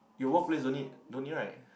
your work place don't need no need [right]